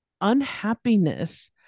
unhappiness